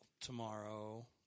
tomorrow